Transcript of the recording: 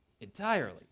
entirely